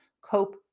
cope